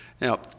Now